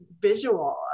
visual